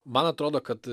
man atrodo kad